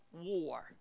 war